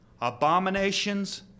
abominations